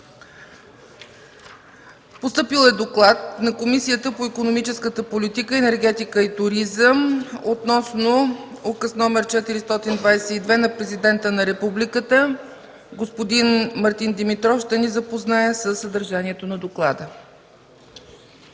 Постъпил е доклад на Комисията по икономическата политика, енергетика и туризъм относно Указ № 422 на Президента на Републиката. Господин Мартин Димитров ще ни запознае със съдържанието на доклада.